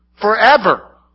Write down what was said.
Forever